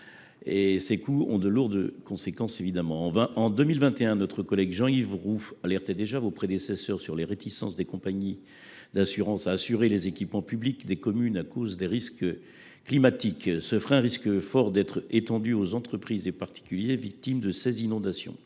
ces coûts sont lourds de conséquences. En 2021, notre collègue Jean Yves Roux alertait déjà vos prédécesseurs quant aux réticences des compagnies d’assurances à couvrir les équipements publics des communes, du fait des risques climatiques. Ce frein risque fort d’être étendu aux entreprises et aux particuliers victimes d’inondations.